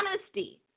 honesty